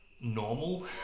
normal